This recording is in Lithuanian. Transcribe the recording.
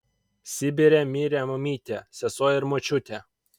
sibire mirė mamytė sesuo ir močiutė